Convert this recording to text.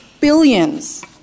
billions